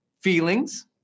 Feelings